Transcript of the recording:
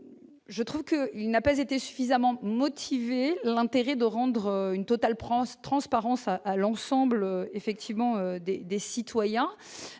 je trouve que il n'a pas été suffisamment motivé l'intérêt de rendre une totale prend transparence à l'ensemble effectivement